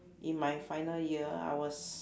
in my final year I was